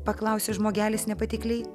paklausė žmogelis nepatikliai